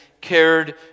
cared